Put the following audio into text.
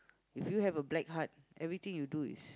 if you have a black heart everything you do is